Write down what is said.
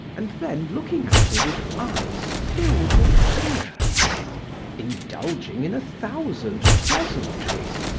and then looking at me with eyes filled with tears indulging in a thousand pleasantries,